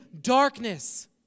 darkness